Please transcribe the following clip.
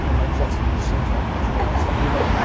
ah my jets receivers aren't catching ah stuff either.